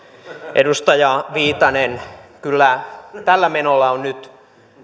edustaja viitanen kyllä tällä menolla on nyt